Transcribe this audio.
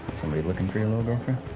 somebody looking for your little girlfriend?